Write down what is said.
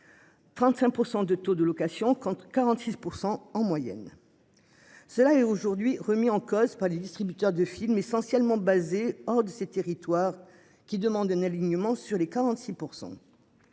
35% de taux de location quand 46% en moyenne. Cela est aujourd'hui remis en cause par les distributeurs de films, essentiellement basés hors de ses territoires qui demandent un alignement sur les